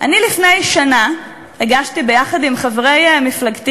אני לפני שנה הגשתי יחד עם חברי מפלגתי,